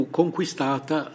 conquistata